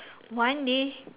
one day